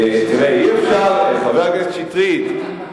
חבר הכנסת שטרית,